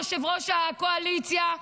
יושב-ראש הקואליציה,